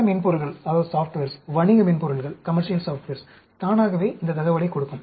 பல மென்பொருள்கள் வணிக மென்பொருள்கள் தானாகவே இந்த தகவலைக் கொடுக்கும்